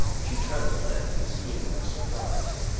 she trembled and seemed surprised.